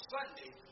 Sunday